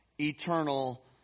eternal